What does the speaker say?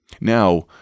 Now